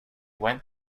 went